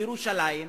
בירושלים,